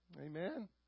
Amen